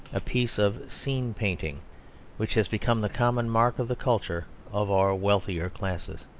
a piece of scene-painting which has become the common mark of the culture of our wealthier classes.